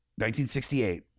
1968